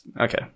okay